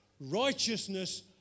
righteousness